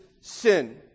sin